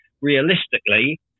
realistically